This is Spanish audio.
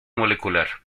molecular